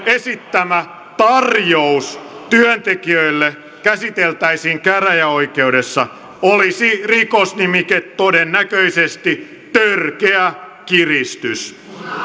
esittämä tarjous työntekijöille käsiteltäisiin käräjäoikeudessa olisi rikosnimike todennäköisesti törkeä kiristys